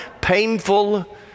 painful